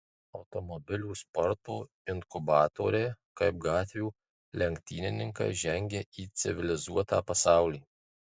automobilių sporto inkubatoriai kaip gatvių lenktynininkai žengia į civilizuotą pasaulį